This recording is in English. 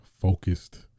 focused